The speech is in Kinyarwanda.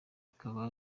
akaba